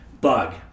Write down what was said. Bug